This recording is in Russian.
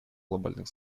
глобальных